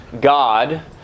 God